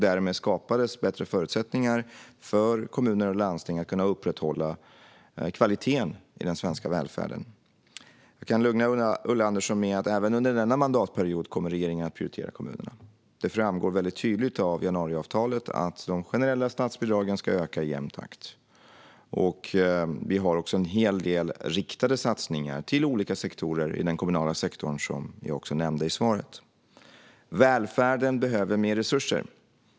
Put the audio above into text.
Därmed skapades bättre förutsättningar för kommuner och landsting att kunna upprätthålla kvaliteten i den svenska välfärden. Jag kan lugna Ulla Andersson med att regeringen även under denna mandatperiod kommer att prioritera kommunerna. Det framgår väldigt tydligt av januariavtalet att de generella statsbidragen ska öka i jämn takt. Vi har också en hel del riktade satsningar till olika sektorer i den kommunala sektorn, vilket jag också nämnde i svaret. Välfärden behöver mer resurser.